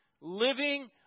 living